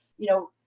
you know,